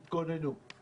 תתכוננו.